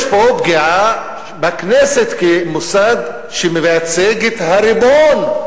יש פה פגיעה בכנסת כמוסד שמייצג את הריבון.